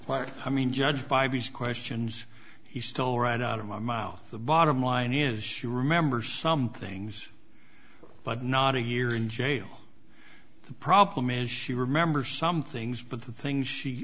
what i mean judge five questions he stole right out of my mouth the bottom line is she remembers some things but not a year in jail the problem is she remember some things but the things she